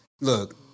Look